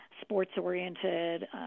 sports-oriented